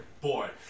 Boy